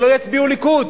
שלא יצביעו ליכוד.